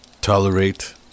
tolerate